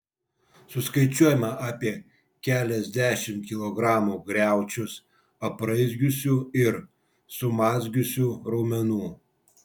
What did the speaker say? suskaičiuojama apie keliasdešimt kilogramų griaučius apraizgiusių ir sumazgiusių raumenų